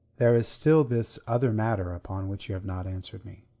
there is still this other matter upon which you have not answered me.